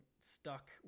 stuck